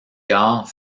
gare